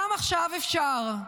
גם עכשיו אפשר.